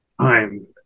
time